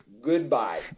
goodbye